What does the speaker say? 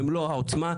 במלוא העוצמה,